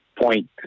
point